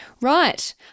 Right